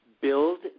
build